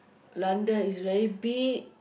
London is very big